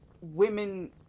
women